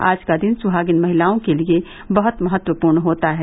आज का दिन सुहागिन महिलाओं के लिये बहुत महत्वपूर्ण होता है